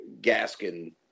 Gaskin